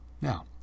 Now